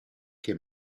che